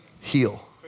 heal